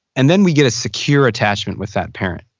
and then we get a secure attachment with that parent.